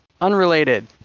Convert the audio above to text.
Unrelated